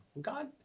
God